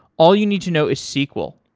all you need to know is sql.